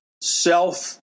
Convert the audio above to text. self